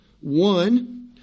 one